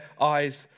eyes